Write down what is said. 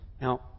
Now